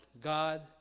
God